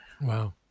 Wow